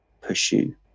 pursue